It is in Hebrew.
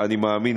אני מאמין,